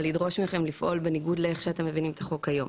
על לדרוש מכם לפעול בניגוד לאיך שאתם מבינים את החוק כיום.